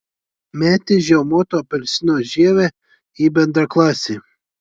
metė žiaumoto apelsino žievę į bendraklasį